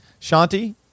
Shanti